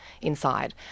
inside